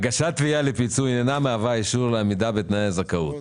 הגשת תביעה לפיצוי אינה מהווה אישור לעמידה בתנאי הזכאות.